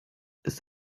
ist